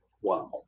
Wow